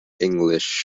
english